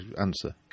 answer